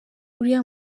uriya